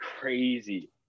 crazy